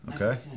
Okay